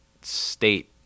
state